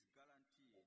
guaranteed